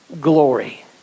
glory